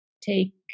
take